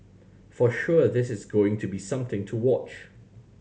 for sure this is going to be something to watch